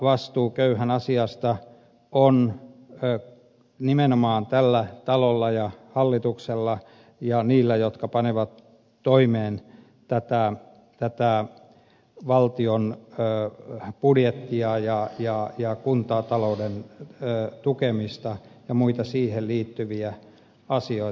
vastuu köyhän asiasta on nimenomaan tällä talolla ja hallituksella ja niillä jotka panevat toimeen valtion budjettia ja kuntatalouden tukemista ja muita siihen liittyviä asioita